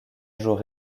jour